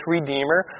Redeemer